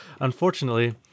Unfortunately